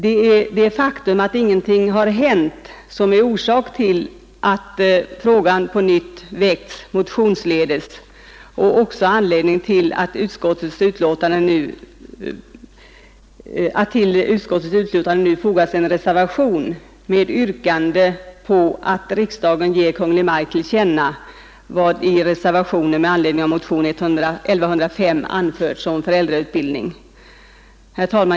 Det faktum att ingenting hänt är orsaken till att frågan på nytt väckts motionsledes och också anledning till att vid utskottets betänkan Herr talman!